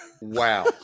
Wow